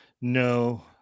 No